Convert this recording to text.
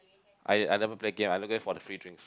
I I never play game I only go for the free drinks